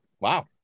wow